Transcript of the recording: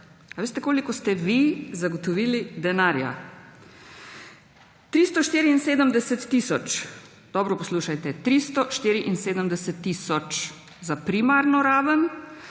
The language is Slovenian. Veste, koliko ste vi zagotovili denarja? 374 tisoč. Dobro poslušajte, 374 tisoč za primarno raven